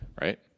Right